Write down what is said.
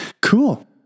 cool